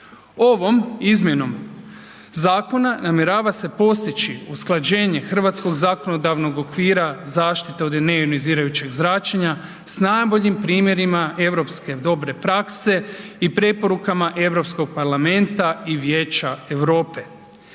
Ovom izmjenom zakona namjerava se postići usklađenje hrvatskog zakonodavnog okvira zaštite od neionizirajućeg zračenja s najboljim primjerima europske dobre prakse i preporukama Europskog parlamenta i Vijeća Europe.